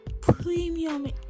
premium